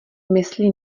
mysli